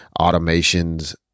automations